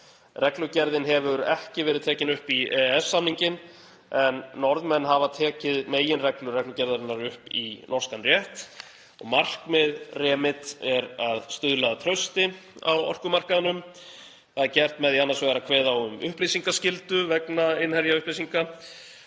Reglugerðin hefur ekki verið tekin upp í EES-samninginn en Norðmenn hafa tekið meginreglur reglugerðarinnar upp í norskan rétt. Markmið REMIT er að stuðla að trausti á orkumarkaðinum. Það er gert með því annars vegar að kveða á um upplýsingaskyldu vegna innherjaupplýsinga